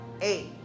eight